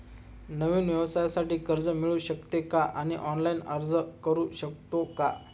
नवीन व्यवसायासाठी कर्ज मिळू शकते का आणि ऑनलाइन अर्ज करू शकतो का?